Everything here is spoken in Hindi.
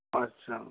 अच्छा